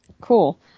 Cool